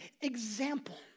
example